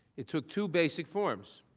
it took two basic forms.